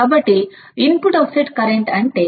ఇప్పుడు input offset కరెంట్ను చూద్దాం